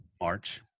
March